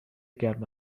گرم